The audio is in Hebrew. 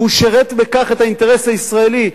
והוא שירת בכך את האינטרס הישראלי.